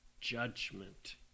judgment